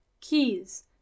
keys